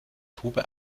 tube